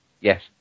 Yes